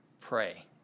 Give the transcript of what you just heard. pray